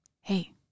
Hey